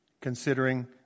considering